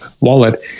wallet